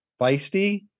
feisty